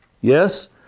Yes